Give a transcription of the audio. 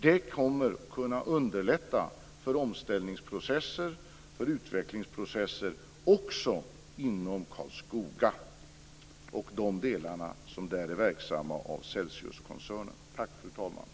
Det kommer att kunna underlätta för omställningsprocesser och för utvecklingsprocesser också inom Karlskoga och de delar av Celsiuskoncernen som där är verksamma.